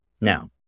now